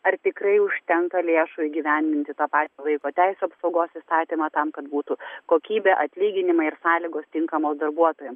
ar tikrai užtenka lėšų įgyvendinti tą patį vaiko teisių apsaugos įstatymą tam kad būtų kokybė atlyginimai ir sąlygos tinkamos darbuotojam